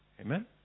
Amen